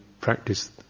practice